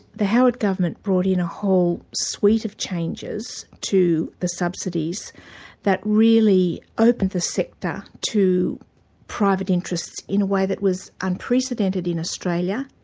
the howard government brought in a whole suite of changes to the subsidies that really opened the sector to private interests in a way that was unprecedented in australia,